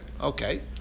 Okay